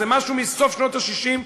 זה משהו מסוף שנות ה-60.